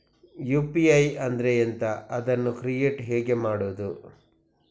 UPI ಅಂದ್ರೆ ಎಂಥ? ಅದನ್ನು ಕ್ರಿಯೇಟ್ ಹೇಗೆ ಮಾಡುವುದು?